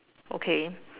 okay